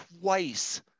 twice